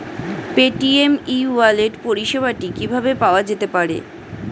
Paytm e wallet পরিষেবাটি কিভাবে পাওয়া যেতে পারে?